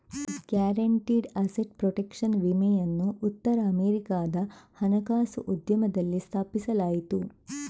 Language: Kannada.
ಗ್ಯಾರಂಟಿಡ್ ಅಸೆಟ್ ಪ್ರೊಟೆಕ್ಷನ್ ವಿಮೆಯನ್ನು ಉತ್ತರ ಅಮೆರಿಕಾದ ಹಣಕಾಸು ಉದ್ಯಮದಲ್ಲಿ ಸ್ಥಾಪಿಸಲಾಯಿತು